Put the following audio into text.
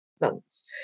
months